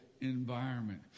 environment